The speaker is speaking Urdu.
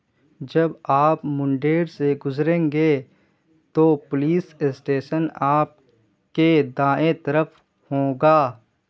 جب آپ منڈیر سے گزریں گے تو پولیس اسٹیسن آپ کے دائیں طرف ہوں گا